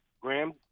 Graham